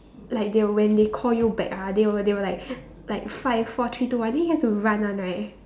like they when they call you back ah they will they will like like five four three two one then you have to run one right